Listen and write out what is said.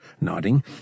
Nodding